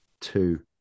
two